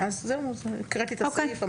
אז זהו, הקראתי את הסעיף.